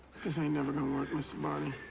this ain't never gonna work, mr. barney.